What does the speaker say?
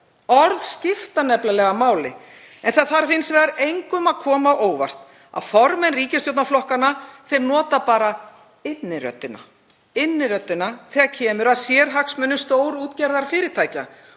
Orð skipta nefnilega máli. En það þarf hins vegar engum að koma á óvart að formenn ríkisstjórnarflokkanna nota bara inniröddina þegar kemur að sérhagsmunum stórútgerðarfyrirtækja.